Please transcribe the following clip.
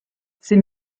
ces